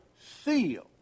seal